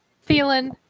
feeling